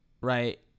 Right